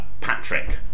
Patrick